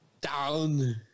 down